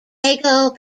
pago